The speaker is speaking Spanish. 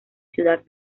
ciudad